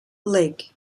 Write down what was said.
lake